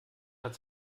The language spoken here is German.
hat